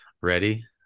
ready